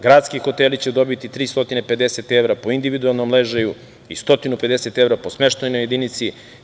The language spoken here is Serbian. Gradski hoteli će dobiti 350 evra po individualnom ležaju, i 150 evra po smeštajnoj jedinici.